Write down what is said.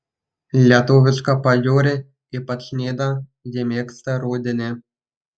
lietuvišką pajūrį ypač nidą ji mėgsta rudenį